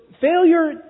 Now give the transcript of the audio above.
failure